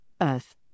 earth